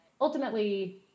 ultimately